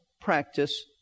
practice